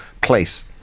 place